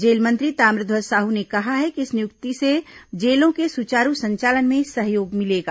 jail मंत्री ताम्रध्वज साहू ने कहा है कि इस नियुक्ति से जेलों के सुचारू संचालन में सहयोग मिलेगा